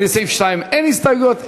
לסעיף 2 אין הסתייגויות.